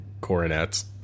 coronets